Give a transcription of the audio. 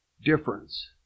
difference